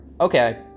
Okay